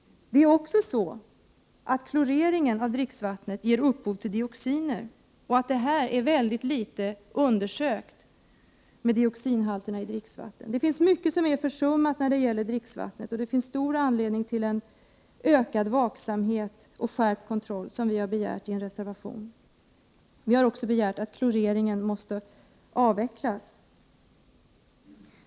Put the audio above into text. Kloreringen av dricksvattnet ger också upphov till dioxiner. Dioxinhalterna i dricksvatten har undersökts mycket litet. Det är mycket som har försummats när det gäller dricksvattnet, och det finns stor anledning till ökad vaksamhet och större kontroll, vilket vi också har begärt i en reservation. Vi har också begärt att kloreringen måste avvecklas.